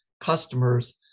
customers